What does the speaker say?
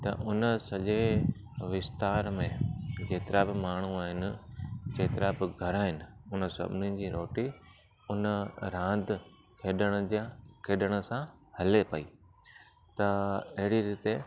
त उन सॼे विस्तार में जेतिरा बि माण्हू आहिनि जेतिरा बि घरु आहिनि उन सभिनीनि जी रोटी उन रांदि खेॾण जा खेॾण सां हले पई त अहिड़ी रीते